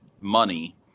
money